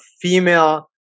female